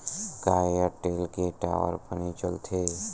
का एयरटेल के टावर बने चलथे?